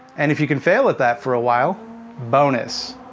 and if you can fail at that for a while bonus!